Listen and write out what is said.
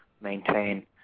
maintain –